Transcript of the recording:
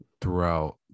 throughout